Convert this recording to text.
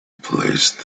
placed